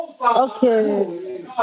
Okay